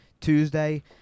Tuesday